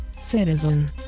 citizen